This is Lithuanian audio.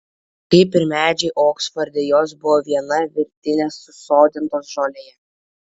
kaip ir medžiai oksforde jos buvo viena virtine susodintos žolėje